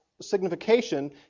signification